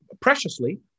preciously